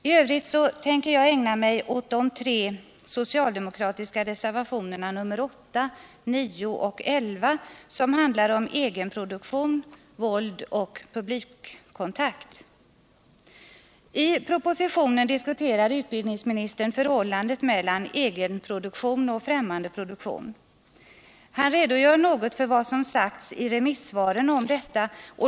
I övrigt tänker jag ägna mig åt de tre socialdemokratiska reservationerna nr I propositionen diskuterar utbildningsministern förhållandet mellan egenproduktion och främmande produktion. Han redogör något för vad som sagts i resmissvaren om detta.